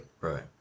Right